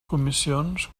comissions